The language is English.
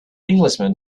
englishman